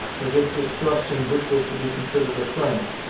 as if distrusting which was to be considered a friend,